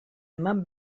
eman